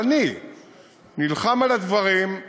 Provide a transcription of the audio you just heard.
אבל אני נלחם על הדברים,